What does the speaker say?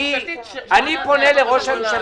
אני פונה לראש הממשלה,